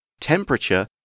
temperature